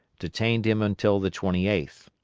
detained him until the twenty eighth.